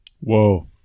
whoa